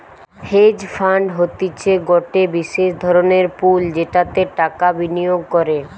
hedge fund হতিছে গটে বিশেষ ধরণের পুল যেটাতে টাকা বিনিয়োগ করে